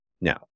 Now